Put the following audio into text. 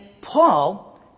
Paul